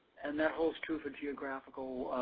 and that whole troop of geographical